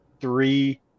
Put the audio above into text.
three